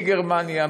מקבלים מגרמניה,